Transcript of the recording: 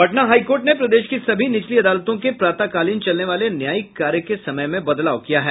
Patna high court ने प्रदेश की सभी निचली अदालतों के प्रातकालीन चलने वाले न्यायिक कार्य के समय में बदलाव किया है